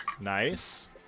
Nice